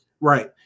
Right